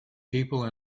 people